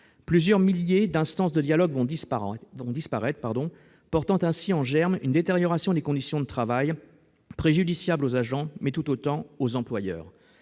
Plusieurs milliers d'instances de dialogue vont disparaître. Cette décision porte en germe une détérioration des conditions de travail préjudiciable aux agents, mais tout autant aux employeurs.